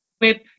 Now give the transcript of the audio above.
web